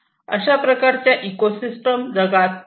अशा प्रकारच्या इकोसिस्टम जगात स्ट्रक्चर स्वरूपात नाहीत